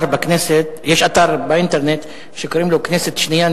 יש אתר באינטרנט שקוראים לו "כנסת שנייה",